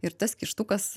ir tas kištukas